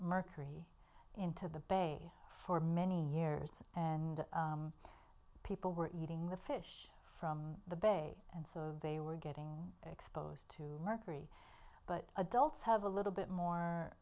mercury into the bay for many years and people were eating the fish from the bay and so they were getting exposed to mercury but adults have a little bit more